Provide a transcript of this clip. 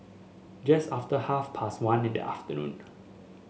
just after half past one in the afternoon